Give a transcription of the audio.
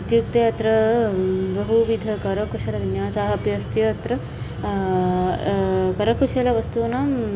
इत्युक्ते अत्र बहुविधाः करकुशलविन्यासाः अपि अस्ति अत्र करकुशलवस्तूनाम्